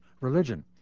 religion